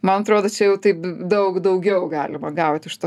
man atrodo čia jau taip daug daugiau galima gauti iš to